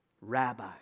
Rabbi